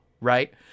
right